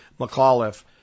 McAuliffe